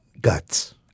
Guts